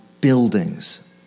buildings